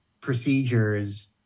procedures